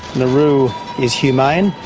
nauru is humane,